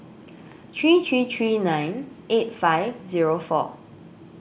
three three three nine eight five zero four